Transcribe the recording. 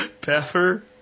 pepper